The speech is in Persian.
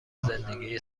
زندگی